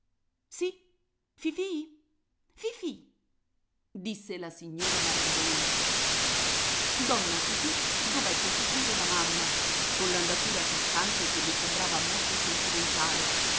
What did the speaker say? fifì fifì disse la signora margarone donna fifì dovette seguire la mamma coll'andatura cascante che le sembrava molto sentimentale